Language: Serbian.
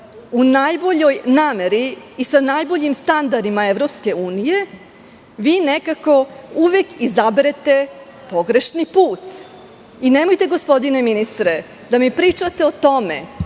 u najboljoj nameri i sa najboljim standardima EU, vi nekako uvek izaberete pogrešni put. Nemojte, gospodine ministre, da mi pričate o tome